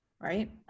right